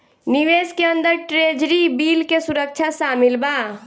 निवेश के अंदर ट्रेजरी बिल के सुरक्षा शामिल बा